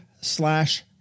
slash